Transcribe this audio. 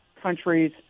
countries